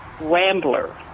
rambler